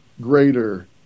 greater